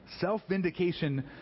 self-vindication